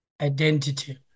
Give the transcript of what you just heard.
identity